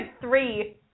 three